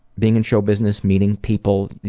being in show business, meeting people,